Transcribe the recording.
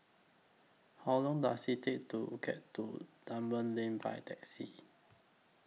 How Long Does IT Take to get to Dunman Lane By Taxi